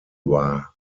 war